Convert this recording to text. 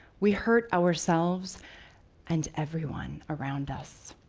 we hurt ourselves and everyone around us.